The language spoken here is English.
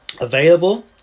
available